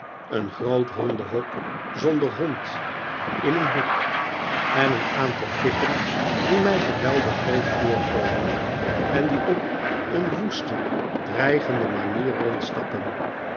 een groot hondenhok zonder hond in een hoek en een aantal kippen die mij geweldig groot voorkomen en die op een woeste dreigende manier rondstappen